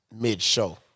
mid-show